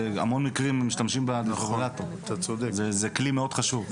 בהמון מקרים משתמשים בזה וזה כלי מאוד חשוב.